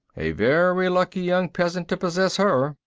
a very lucky young peasant to possess her,